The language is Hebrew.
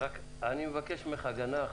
רק אני מבקש ממך הגנה אחת,